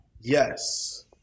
Yes